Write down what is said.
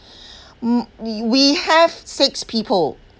we have six people